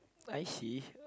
I see